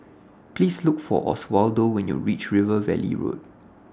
Please Look For Oswaldo when YOU REACH River Valley Road